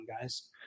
guys